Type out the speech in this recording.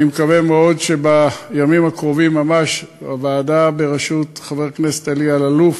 אני מקווה מאוד שבימים הקרובים ממש הוועדה בראשות חבר הכנסת אלי אלאלוף